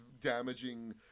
damaging